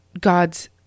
god's